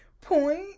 point